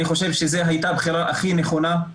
אני חושב שזו הייתה בחירה הכי נכונה.